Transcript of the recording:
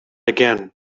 again